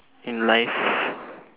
in life